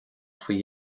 faoi